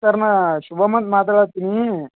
sir ನಾ ಶುಬಮ್ ಅಂತ ಮಾತಾಡತ್ತೀನೀ